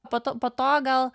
po to po to gal